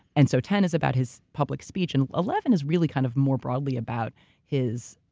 and so ten is about his public speech, and eleven is really kind of more broadly about his